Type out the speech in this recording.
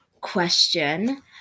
question